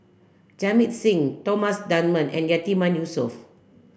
Jamit Singh Thomas Dunman and Yatiman Yusof